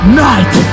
night